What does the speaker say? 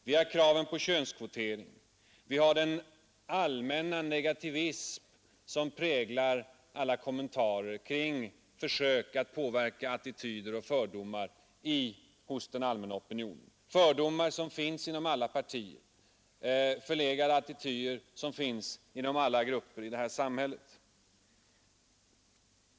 Här finns kravet på könskvotering och dessutom den allmänna negativism som präglar alla kommentarer kring försöken att påverka attityder och fördomar hos den allmänna opinionen — fördomar och förlegade attityder som finns inom alla partier och inom alla grupper i detta samhälle.